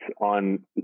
on